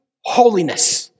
holiness